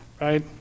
right